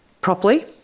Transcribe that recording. properly